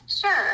Sure